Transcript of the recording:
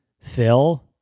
Phil